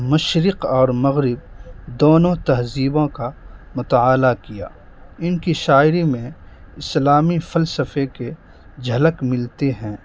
مشرق اور مغرب دونوں تہذیبوں کا مطالعہ کیا ان کی شاعری میں اسلامی فلسفے کے جھلک ملتے ہیں